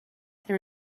there